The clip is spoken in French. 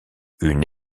une